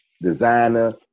designer